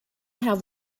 have